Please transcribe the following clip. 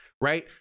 Right